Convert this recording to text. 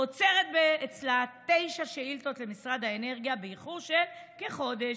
שאוצרת אצלה תשע שאילתות למשרד האנרגיה באיחור של כחודש.